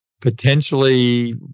potentially